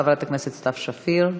חברת הכנסת סתיו שפיר.